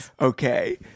Okay